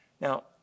Now